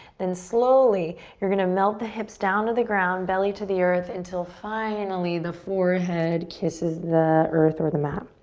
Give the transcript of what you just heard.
then slowly you're gonna melt the hips down to the ground, belly to the earth, until finally the forehead kisses the earth or the mat.